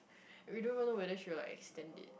we don't ever know whether she will like extend it